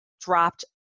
dropped